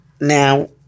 Now